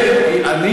ואתה מקרב?